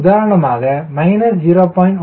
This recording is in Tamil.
உதாரணமாக 0